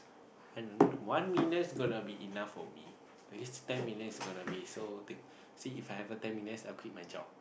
one millions gonna be enough for me ten millions gonna be so thing see If I have a ten millions I will quit my job